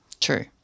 True